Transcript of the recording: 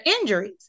injuries